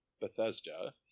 Bethesda